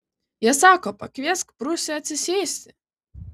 jie sako pakviesk prūsę atsisėsti